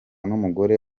n’umugore